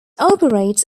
operates